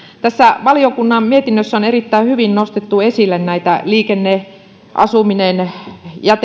tässä valiokunnan mietinnössä on erittäin hyvin nostettu esille liikenne asuminen jätekuljetukset ja